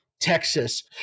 Texas